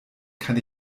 kann